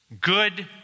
good